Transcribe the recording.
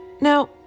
Now